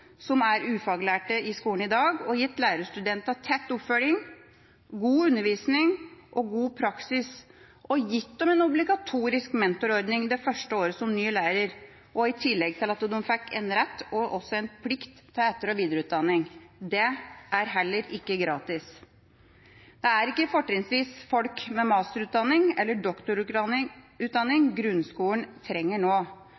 som er ufaglærte i skolen i dag, og gitt lærerstudentene tett oppfølging, god undervisning og god praksis, og gitt dem en obligatorisk mentorordning det første året som ny lærer, i tillegg til at de fikk rett og også plikt til etter- og videreutdanning. Det er heller ikke gratis. Det er ikke fortrinnsvis folk med masterutdanning eller doktorutdanning grunnskolen trenger nå.